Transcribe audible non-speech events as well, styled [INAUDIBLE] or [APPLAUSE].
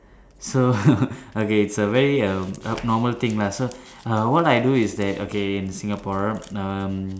so [LAUGHS] okay it's a very um abnormal thing lah so err what I do that okay in Singapore um